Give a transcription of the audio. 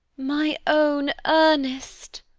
my own ernest!